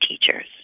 teachers